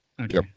Okay